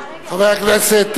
חברי הכנסת,